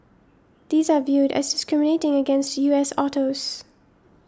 these are viewed as discriminating against U S autos